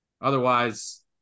Otherwise